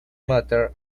motor